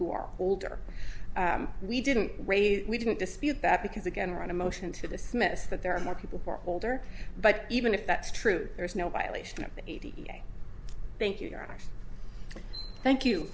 who are older we didn't raise we didn't dispute that because again run a motion to dismiss that there are more people who are older but even if that's true there's no violation of thank you